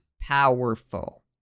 powerful